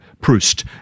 Proust